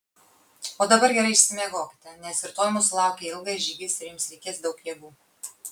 o dabar gerai išsimiegokite nes rytoj mūsų laukia ilgas žygis ir jums reikės daug jėgų